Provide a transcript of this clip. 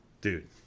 Dude